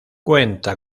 cuenta